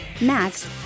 Max